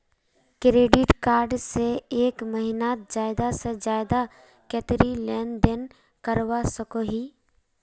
Credit card से एक महीनात ज्यादा से ज्यादा कतेरी लेन देन करवा सकोहो ही?